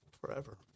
Forever